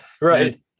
Right